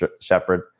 Shepard